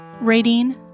Rating